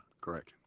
Correct